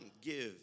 give